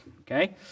Okay